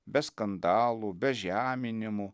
be skandalų be žeminimų